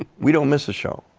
we don't miss a show.